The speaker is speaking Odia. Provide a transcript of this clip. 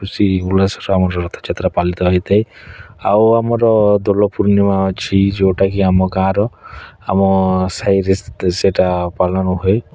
ଖୁସି ଉଲ୍ଲାସରେ ଆମର ରଥଯାତ୍ରା ପାଲିତ ହେଇଥାଏ ଆଉ ଆମର ଦୋଲପୂର୍ଣ୍ଣିମା ଅଛି ଯେଉଁଟାକି ଆମ ଗାଁର ଆମ ସାହିରେ ସେତେ ସେଇଟା ପାଳନ ହୋଇ